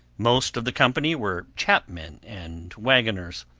most of the company were chapmen and waggoners,